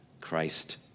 Christ